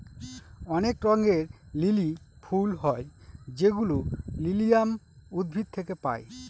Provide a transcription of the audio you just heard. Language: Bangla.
অনেক রঙের লিলি ফুল হয় যেগুলো লিলিয়াম উদ্ভিদ থেকে পায়